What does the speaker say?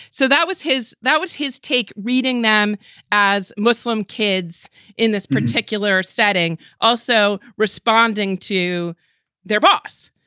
so that was his that was his take. reading them as muslim kids in this particular setting, also responding to their boss.